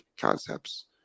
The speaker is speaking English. concepts